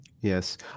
Yes